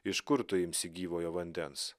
iš kur tu imsi gyvojo vandens